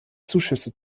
zuschüsse